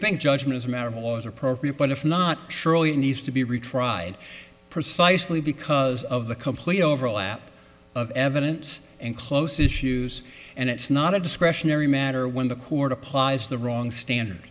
think judgment as a matter of law is appropriate but if not surely it needs to be retried precisely because of the complete overlap of evidence and close issues and it's not a discretionary matter when the court applies the wrong standard